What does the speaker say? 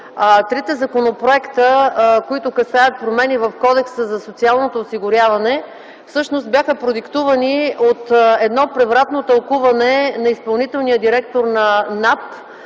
Трите законопроекта, които касаят промени в Кодекса за социално осигуряване, всъщност бяха продиктувани от превратно тълкуване на изпълнителния директор на НАП